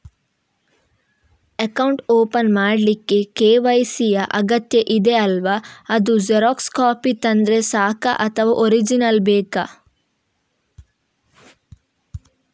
Account open ಮಾಡ್ಲಿಕ್ಕೆ KYC ಯಾ ಅಗತ್ಯ ಇದೆ ಅಲ್ವ ಅದು ಜೆರಾಕ್ಸ್ ಕಾಪಿ ತಂದ್ರೆ ಸಾಕ ಅಥವಾ ಒರಿಜಿನಲ್ ಬೇಕಾ?